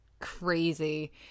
crazy